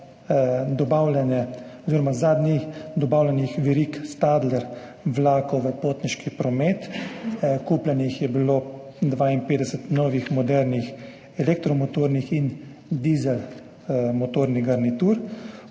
vključitev zadnjih dobavljenih verig Stadler vlakov v potniški promet. Kupljenih je bilo 52 novih, modernih elektromotornih in dizelmotornih garnitur,